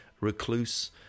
recluse